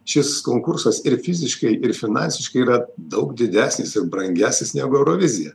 šis konkursas ir fiziškai ir finansiškai yra daug didesnis ir brangesnis negu eurovizija